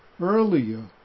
earlier